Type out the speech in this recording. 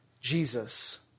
Jesus